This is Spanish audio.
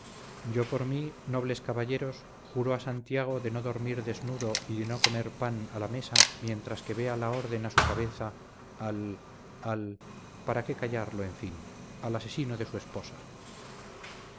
yo por mí nobles caballeros juro a santiago de no dormir desnudo y de no comer pan a la mesa mientras que vea la orden a su cabeza al al para qué callarlo en fin al asesino de su esposa